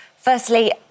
Firstly